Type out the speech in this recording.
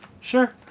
Sure